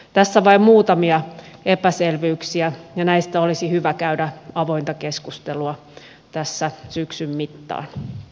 tässä vain muutamia epäselvyyksiä ja näistä olisi hyvä käydä avointa keskustelua tässä syksyn mittaan